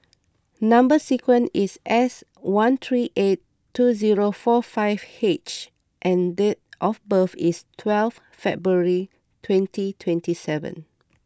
Number Sequence is S one three eight two zero four five H and date of birth is twelve February twenty twenty seven